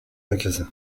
magasins